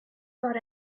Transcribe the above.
got